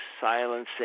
silencing